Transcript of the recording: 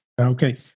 Okay